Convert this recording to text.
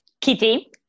Kitty